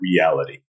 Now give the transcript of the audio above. Reality